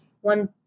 one